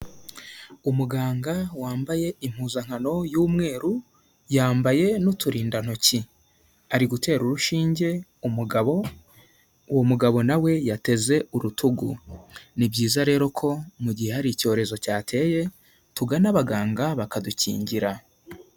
Umuganga wambaye impuzankano y'umweru, yambaye n'uturindantoki. Ari gutera urushinge umugabo, uwo mugabo na we yateze urutugu. Ni byiza rero ko mu gihe hari icyorezo cyateye, tugana abaganga bakadukingira.